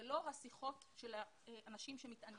אלה לא רק שיחות של אנשים שמתעניינים,